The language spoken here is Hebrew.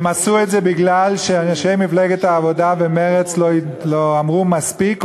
הם עשו את זה כי אנשי מפלגת העבודה ומרצ לא אמרו מספיק,